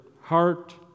heart